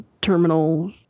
Terminal